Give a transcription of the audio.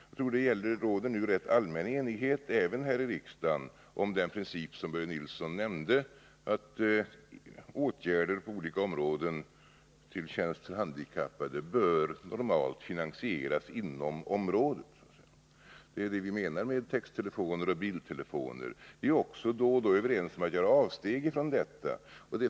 Jag tror emellertid att det nu råder en rätt allmän enighet även här i riksdagen om den princip som Börje Nilsson nämnde, att åtgärder på olika områden till tjänst för handikappade normalt bör finansieras inom området i fråga. Det är det vi menar när det gäller texttelefoner och biltelefoner. Vi är också då och då överens om att göra avsteg från denna princip.